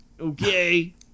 okay